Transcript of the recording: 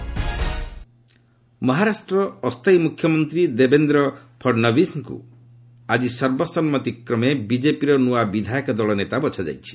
ମହା ପଲିଟିକ୍ସ ମହାରାଷ୍ଟ୍ରର ଅସ୍ଥାୟୀ ମୁଖ୍ୟମନ୍ତ୍ରୀ ଦେବେନ୍ଦ୍ର ଫଡ଼ନବୀଶଙ୍କୁ ଆଜି ସର୍ବସମ୍ମତିକ୍ରମେ ବିକେପିର ନ୍ନଆ ବିଧାୟକ ଦଳ ନେତା ବଛାଯାଇଛି